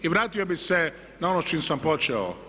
I vratio bih se na ono s čim sam počeo.